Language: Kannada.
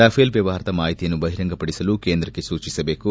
ರಫೇಲ್ ವ್ಲವಹಾರದ ಮಾಹಿತಿಯನ್ನು ಬಹಿರಂಗ ಪಡಿಸಲು ಕೇಂದ್ರಕ್ಕೆ ಸೂಚಿಸಬೇಕು